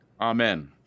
Amen